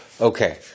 Okay